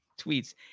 tweets